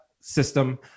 system